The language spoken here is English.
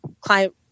client